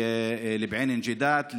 לבועיינה-נוג'ידאת,